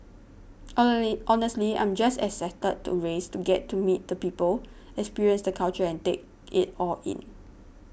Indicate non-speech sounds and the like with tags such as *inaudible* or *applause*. *unintelligible* honestly I'm just excited to race to get to meet the people experience the culture and take it all in